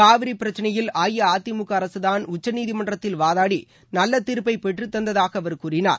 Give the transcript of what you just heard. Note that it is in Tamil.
காவிரி பிரச்னையில் அஇஅதிமுக அரசுதாள் உச்சநீதிமன்றத்தில் வாதாடி நல்ல தீர்ப்பை பெற்று தந்ததாக அவர் கூறினார்